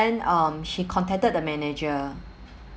and um he contacted the manager